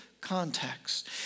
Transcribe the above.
context